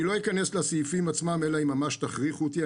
אני לא אכנס לסעיפים עצמם אלא אם ממש תכריחו אותי,